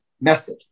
method